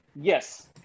Yes